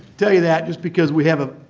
tell you that just because we have a,